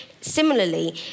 similarly